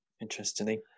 interestingly